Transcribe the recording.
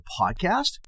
Podcast